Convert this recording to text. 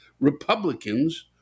Republicans